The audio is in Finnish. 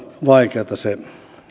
vaikeata se